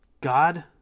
God